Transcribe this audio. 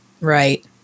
Right